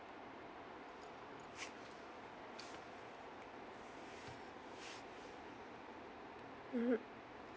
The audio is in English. mmhmm